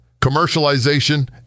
Commercialization